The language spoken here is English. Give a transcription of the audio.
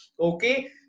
Okay